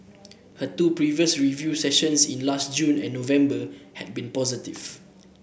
her two previous review sessions in last June and November had been positive